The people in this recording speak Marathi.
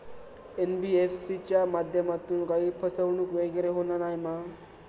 एन.बी.एफ.सी च्या माध्यमातून काही फसवणूक वगैरे होना नाय मा?